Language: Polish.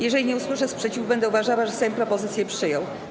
Jeżeli nie usłyszę sprzeciwu, będę uważała, że Sejm propozycję przyjął.